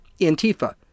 Antifa